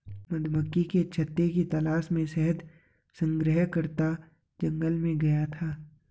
मधुमक्खी के छत्ते की तलाश में शहद संग्रहकर्ता जंगल में गया था